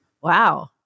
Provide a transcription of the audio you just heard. Wow